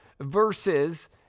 versus